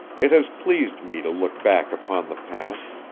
it has pleased me to look back upon the past,